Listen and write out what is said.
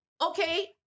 okay